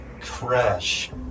crash